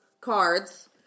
cards